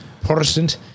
Protestant